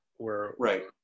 Right